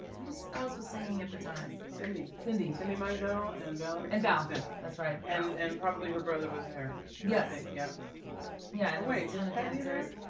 who's also singing at the time? cindy. cindy. cindy mizell and bell and outfit that's right and and probably her brother was there yes yeah yeah anyway to the panthers